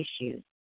issues